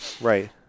Right